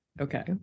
Okay